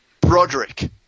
Broderick